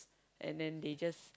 and then they just